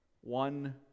One